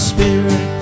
Spirit